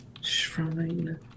shrine